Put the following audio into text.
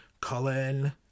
Colin